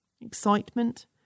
Excitement